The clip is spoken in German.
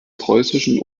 preußischen